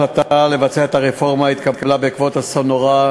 ההחלטה לבצע את הרפורמה התקבלה בעקבות אסון נורא,